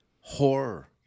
horror-